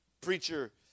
preacher